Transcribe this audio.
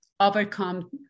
overcome